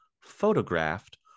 photographed